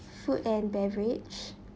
food and beverage